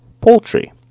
poultry